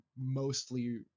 mostly